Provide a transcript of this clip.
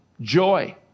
joy